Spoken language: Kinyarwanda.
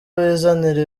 bizanira